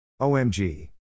OMG